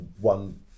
one